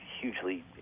hugely